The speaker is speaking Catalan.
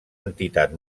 entitat